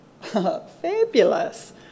Fabulous